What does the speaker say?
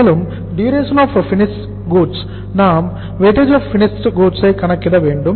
மேலும் DFG க்கு நாம் WFG ஐ கணக்கிட வேண்டும்